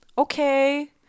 okay